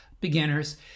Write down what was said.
beginners